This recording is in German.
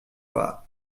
war